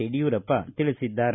ಯಡಿಯೂರಪ್ಪ ತಿಳಿಸಿದ್ದಾರೆ